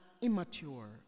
immature